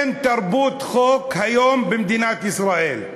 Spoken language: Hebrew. אין תרבות חוק היום במדינת ישראל.